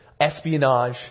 espionage